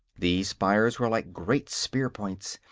these spires were like great spear-points,